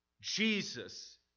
Jesus